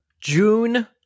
June